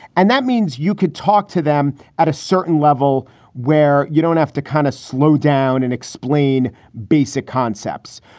and that means you could talk to them at a certain level where you don't have to kind of slow down and explain basic concepts.